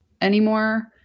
anymore